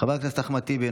חבר הכנסת אחמד טיבי,